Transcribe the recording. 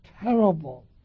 terrible